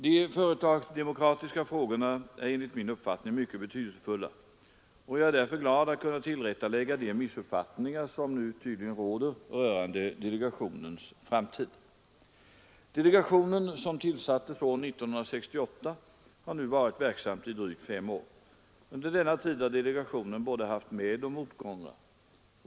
De företagsdemokratiska frågorna är enligt min uppfattning mycket betydelsefulla, och jag är därför glad att kunna tillrättalägga de missuppfattningar som nu tydligen råder rörande delegationens framtid. Delegationen, som tillsattes år 1968, har nu varit verksam i drygt fem år. Under denna tid har delegationen haft både medoch motgångar.